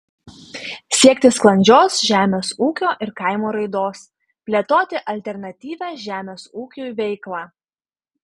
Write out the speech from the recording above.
siekti sklandžios žemės ūkio ir kaimo raidos plėtoti alternatyvią žemės ūkiui veiklą